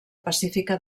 pacífica